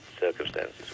circumstances